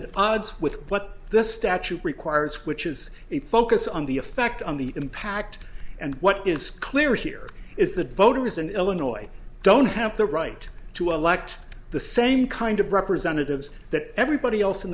it odds with what this statute requires which is a focus on the effect on the impact and what is clear here is that voters in illinois don't have the right to elect the same kind of representatives that everybody else in